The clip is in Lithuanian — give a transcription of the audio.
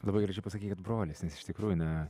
labai gražiai pasakei kad brolis nes iš tikrųjų na